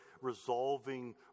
resolving